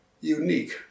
unique